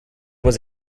was